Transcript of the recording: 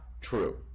true